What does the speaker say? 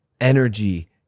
energy